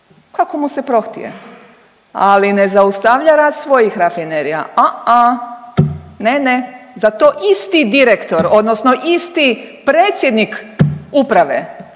kako mu se prohtije. Ali ne zaustavlja rad svojih rafinerija. Ne, ne. Za to isti direktor, odnosno isti predsjednik uprave,